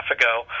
ago